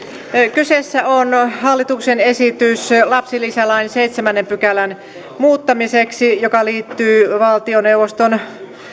kyseessä on hallituksen esitys lapsilisälain seitsemännen pykälän muuttamiseksi joka liittyy valtioneuvoston